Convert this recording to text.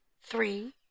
three